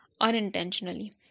unintentionally